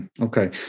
Okay